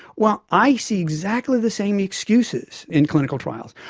well, i see exactly the same excuses in clinical trials.